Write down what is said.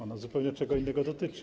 Ona zupełnie czego innego dotyczy.